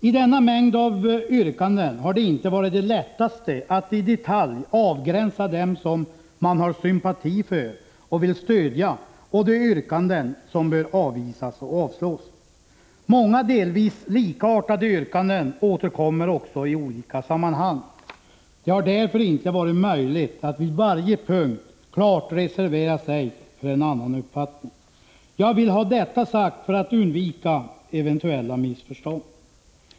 I denna mängd av yrkanden har det inte varit det lättaste att i detalj avgränsa dem som man har sympati för och vill stödja och dem som bör avvisas och avslås. Många delvis likartade yrkanden återkommer också i olika sammanhang; det har därför inte varit möjligt att vid varje punkt klart reservera sig för en annan uppfattning. Jag vill ha detta sagt för att undvika eventuella missförstånd.